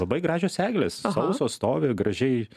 labai gražios eglės sausos stovi gražiai